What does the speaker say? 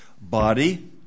Body